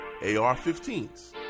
AR-15s